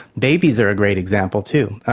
babies are a great example too.